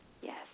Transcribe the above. Yes